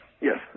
Yes